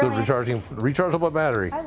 recharging, a rechargeable battery.